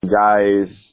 guys